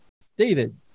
stated